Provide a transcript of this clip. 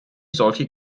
solche